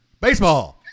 Baseball